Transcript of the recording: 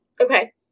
Okay